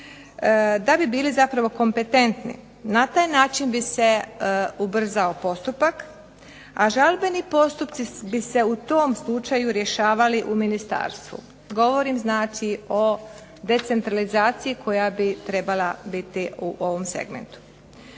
da bi bili kompetentni. Na taj način bi se ubrzao postupak, a žalbeni postupci bi se u tom slučaju rješavali u ministarstvu. Govorim o decentralizaciji koja bi trebala biti u ovom segmentu.